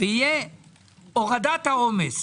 ותהיה הורדת העומס